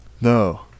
No